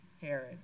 Herod